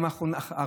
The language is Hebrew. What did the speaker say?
תודה,